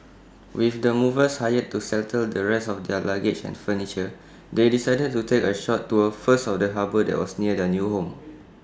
with the movers hired to settle the rest of their luggage and furniture they decided to take A short tour first of the harbour that was near their new home